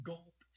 God